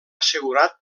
assegurat